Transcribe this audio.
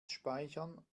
speichern